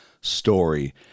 story